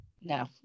No